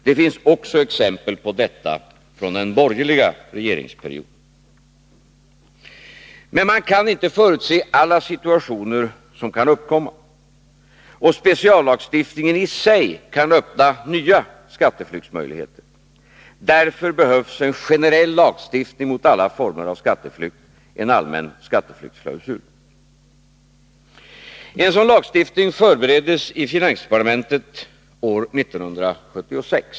Det finns exempel på detta också från den borgerliga regeringsperioden. Men man kan inte förutse alla situationer som kan uppkomma, och speciallagstiftningen i sig kan öppna nya skatteflyktsmöjligheter. Därför behövs en generell lagstiftning mot alla former av skatteflykt, en allmän skatteflyktsklausul. En sådan lagstiftning förbereddes i finansdepartementet år 1976.